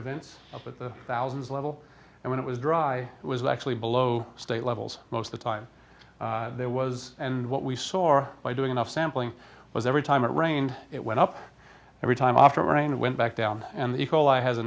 events of the thousands level and when it was dry it was actually below state levels most of the time there was and what we soar by doing enough sampling was every time it rained it went up every time afterward and went back down and the equal i has a